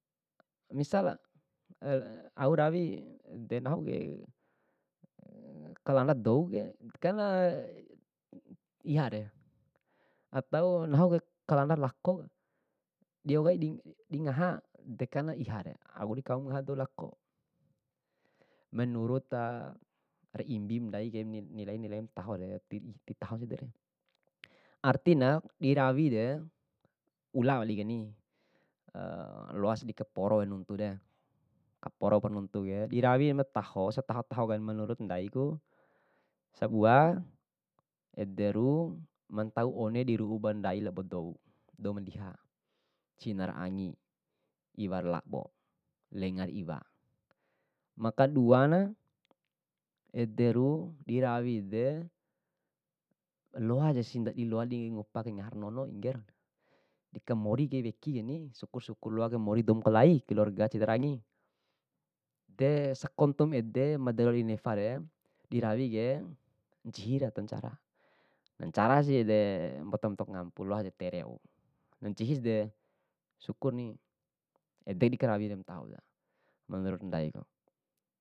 Misal, au rawi de nahuke kalanda douke, kana ihake ato nahu kalanda lakoku, di aukai dingaha dou lako. menuruta ra imbim ndaike nilai nilai ma tahore, ti ipi taho edesi. Artina dirawi re, ula wali keni loasi di kaporo nunture, kaporopa nuntuke, dirawi mataho setaho taho kai menurut ndaiku, sabua ederu mantau one di ru'u bandai lao badou, dou mandiha, cinara angi iwara labo, lenga iwa. Makaduana, ederu dirawide loajasi ndadi loadi ngupa kae ngahara nono enger, dikamori kai weki keni syukur syukur loa kamori dou makalai, keluarga cinara angi. De sakontumu ede madaloa di nefare dirawike, ncihira ato ncara, nancara si de mboto mboto kangapu loasi tere wau nancihisi de syukurni edeni karawi ma taho ra, menurut ndaiku.